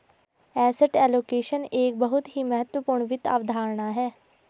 asset allocation एक बहुत ही महत्वपूर्ण वित्त अवधारणा है